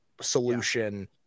solution